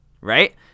Right